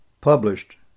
Published